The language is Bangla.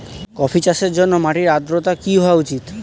কফি চাষের জন্য মাটির আর্দ্রতা কি হওয়া উচিৎ?